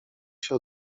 się